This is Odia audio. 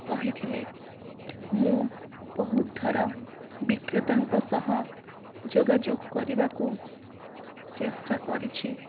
କହିଥିଲେ ମୁଁ ବହୁତ ଥର ବିକ୍ରେତାଙ୍କ ସହ ଯୋଗାଯୋଗ କରିବାକୁ ଚେଷ୍ଟା କରିଛି